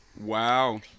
Wow